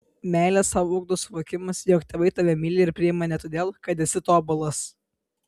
meilę sau ugdo suvokimas jog tėvai tave myli ir priima ne todėl kad esi tobulas